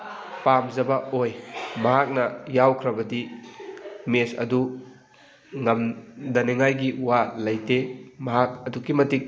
ꯄꯥꯝꯖꯕ ꯑꯣꯏ ꯃꯍꯥꯛꯅ ꯌꯥꯎꯈ꯭ꯔꯕꯗꯤ ꯃꯦꯠꯆ ꯑꯗꯨ ꯉꯝꯗꯅꯤꯉꯥꯏꯒꯤ ꯋꯥ ꯂꯩꯇꯦ ꯃꯍꯥꯛ ꯑꯗꯨꯛꯀꯤ ꯃꯇꯤꯛ